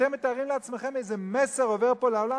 אתם מתארים לעצמכם איזה מסר עובר פה לעולם?